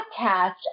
podcast